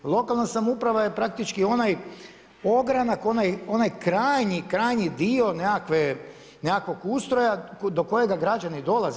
Lokalna samouprava je praktički onaj ogranak i onaj krajnji, krajnji dio nekakvog ustroja do kojega građani dolaze.